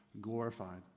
glorified